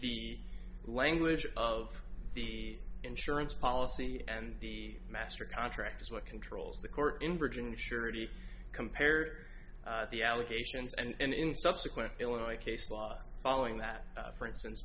the language of the insurance policy and the master contract is what controls the court in virginia surety compare the allegations and in subsequent illinois case law following that for instance